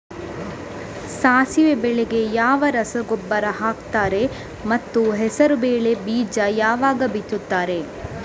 ಸಾಸಿವೆ ಬೆಳೆಗೆ ಯಾವ ರಸಗೊಬ್ಬರ ಹಾಕ್ತಾರೆ ಮತ್ತು ಹೆಸರುಬೇಳೆ ಬೀಜ ಯಾವಾಗ ಬಿತ್ತುತ್ತಾರೆ?